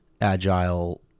agile